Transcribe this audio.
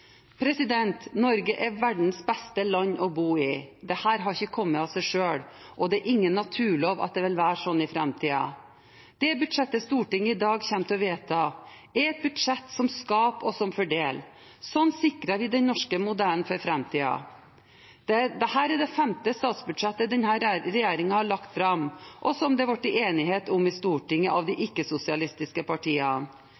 mineralressursene. Norge er verdens beste land å bo i. Dette har ikke kommet av seg selv, og det er ingen naturlov at det vil være slik i framtiden. Det budsjettet Stortinget i dag kommer til å vedta, er et budsjett som skaper og fordeler. Slik sikrer vi den norske modellen for framtiden. Dette er det femte statsbudsjettet denne regjeringen har lagt fram, og som det er blitt enighet om i Stortinget mellom de ikke-sosialistiske partiene. I løpet av de